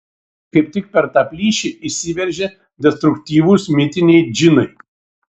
kaip tik per tą plyšį įsiveržia destruktyvūs mitiniai džinai